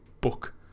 book